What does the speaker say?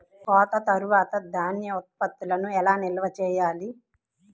కోత తర్వాత ధాన్య ఉత్పత్తులను ఎలా నిల్వ చేయాలి?